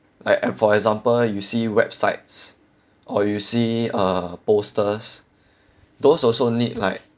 like e~ for example you see websites or you see uh posters those also need like